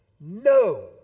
No